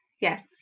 yes